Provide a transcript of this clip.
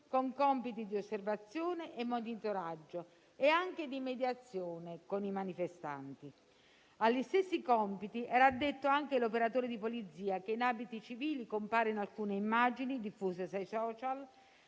con compiti di osservazione, monitoraggio e anche mediazione con i manifestanti. Agli stessi compiti era addetto anche l'operatore di polizia che in abiti civili compare in alcune immagini diffuse sui *social*